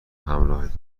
همراهت